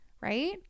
right